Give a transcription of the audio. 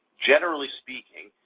generally speaking,